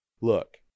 Look